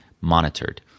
monitored